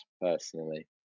personally